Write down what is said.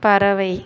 பறவை